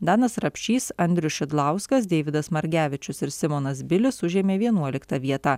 danas rapšys andrius šidlauskas deividas margevičius ir simonas bilius užėmė vienuoliktą vietą